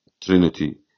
trinity